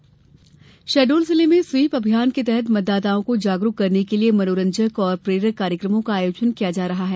SVEEP अभियान शहडोल शहडोल जिले में स्वीप अभियान के तहत मतदाताओं को जागरूक करने के लिए मनोरंजक और प्रेरक कार्यक्रमो का आयोजन किया जा रहा है